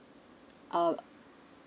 uh